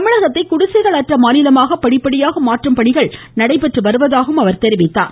தமிழகத்தை குடிசைகள் அற்ற மாநிலமாக படிப்படியாக மாற்றும் பணிகள் நடைபெற்று வருவதாகவும் அவர் கூறினார்